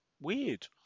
weird